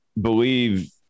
believe